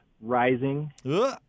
rising